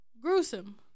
Gruesome